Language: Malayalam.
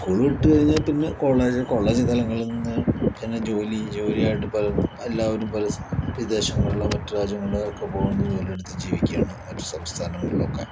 സ്കൂൾ വിട്ടു കഴിഞ്ഞാൽ പിന്നെ കോളേജ് കോളേജ് തലങ്ങളിൽ നിന്ന് പിന്നെ ജോലി ജോലി ആയിട്ട് പലരും എല്ലാവരും പല സ്ഥ വിദേശങ്ങളിലോ മറ്റു രാജ്യങ്ങളിലോ ഒക്കെ പോകുന്നു ജോലിയെടുത്ത് ജീവിക്കുവാണ് മറ്റ് സംസ്ഥാനങ്ങളിലൊക്കെ